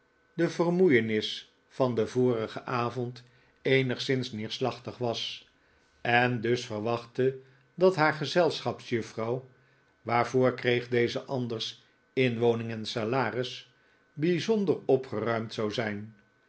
de vermoeienis van den vorigen avond eenigszins neerslachtig was en dus verwachtte dat haar gezelschapsjuffrouw waarvoor kreeg deze anders inwoning en salaris bijzonder opgeruimd zou zijn